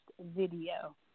video